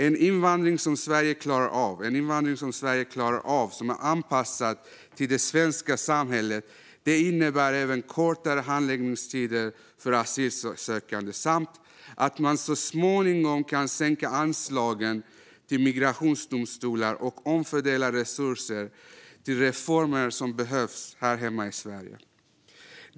En invandring som Sverige klarar av och som är anpassad till det svenska samhället innebär även kortare handläggningstider för asylsökande och att man så småningom kan sänka anslagen till migrationsdomstolarna och omfördela resurser till de reformer som behövs här hemma i Sverige.